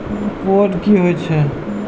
Code की होय छै?